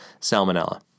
salmonella